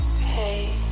Hey